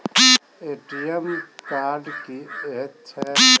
ATM card की हएत छै?